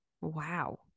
Wow